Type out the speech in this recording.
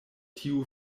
tiu